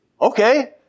Okay